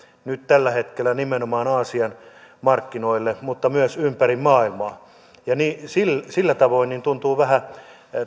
nyt tällä hetkellä nimenomaan aasian markkinoille mutta myös ympäri maailmaa sillä sillä tavoin tuntuu tosiaan vähän